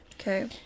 Okay